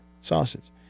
sausage